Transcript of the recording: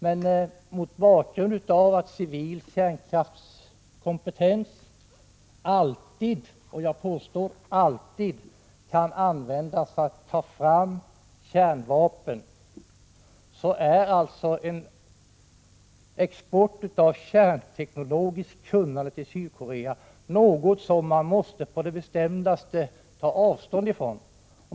Men med tanke på att civil kärnkraftskompetens alltid, jag säger alltid, kan användas för att ta fram kärnvapen är export av kärntekniskt kunnande till Sydkorea något som man på det bestämdaste måste ta avstånd ifrån.